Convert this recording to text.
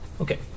Okay